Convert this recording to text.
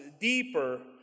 deeper